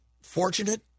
fortunate